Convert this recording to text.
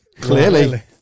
clearly